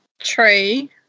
tree